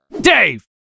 Dave